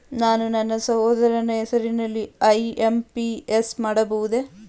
ನಾನು ನನ್ನ ಸಹೋದರನ ಹೆಸರಿಗೆ ಐ.ಎಂ.ಪಿ.ಎಸ್ ಮಾಡಬಹುದೇ?